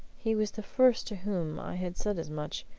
he was the first to whom i had said as much.